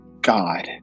God